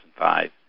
2005